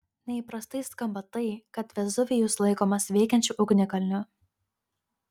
neįprastai skamba tai kad vezuvijus laikomas veikiančiu ugnikalniu